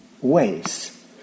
ways